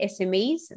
SMEs